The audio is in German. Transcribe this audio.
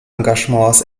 engagements